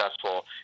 successful